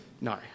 No